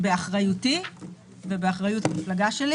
באחריותי ובאחריות המפלגה שלי